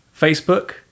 Facebook